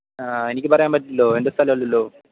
ആ എനിക്കു പറയാൻ പറ്റില്ലല്ലോ എൻ്റെ സ്ഥലമല്ലല്ലോ